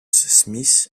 smith